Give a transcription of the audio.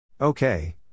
Okay